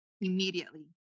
immediately